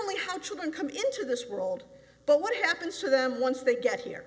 only how children come into this world but what happens to them once they get here